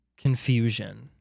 confusion